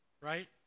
right